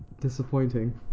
Disappointing